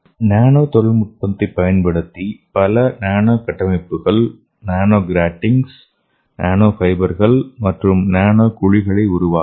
நானோ தொழில்நுட்பத்தைப் பயன்படுத்தி பல நானோ கட்டமைப்புகள் நானோ கிராட்டிங்ஸ் நானோ ஃபைபர்கள் மற்றும் நானோ குழிகளை உருவாக்கலாம்